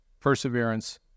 Perseverance